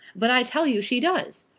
but i tell you she does.